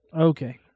Okay